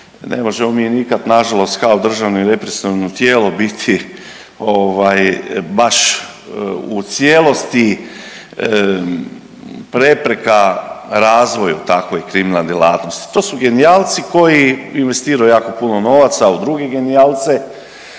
ne možemo mi nikada na žalost kao državno i represivno tijelo biti baš u cijelosti prepreka razvoju takvoj kriminalnoj djelatnosti. To su genijalci koji investiraju jako puno novaca u druge genijalce